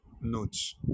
notes